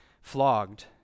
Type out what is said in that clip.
flogged